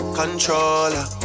controller